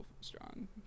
strong